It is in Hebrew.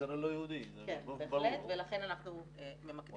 ולכן אנחנו ממקדים.